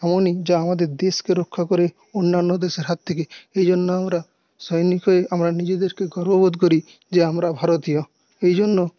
এমনই যা আমাদের দেশকে রক্ষা করে অন্যান্য দেশের হাত থেকে এই জন্য আমরা সৈনিক হয়ে আমরা নিজেদেরকে গর্ববোধ করি যে আমরা ভারতীয় এই জন্য